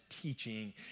teaching